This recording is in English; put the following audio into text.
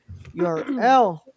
URL